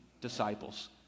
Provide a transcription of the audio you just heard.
disciples